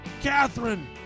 Catherine